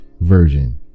version